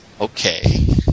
Okay